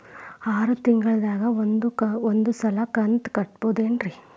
ಆರ ತಿಂಗಳಿಗ ಒಂದ್ ಸಲ ಕಂತ ಕಟ್ಟಬಹುದೇನ್ರಿ?